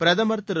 பிரதமர் திரு